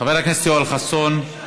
חבר הכנסת יואל חסון,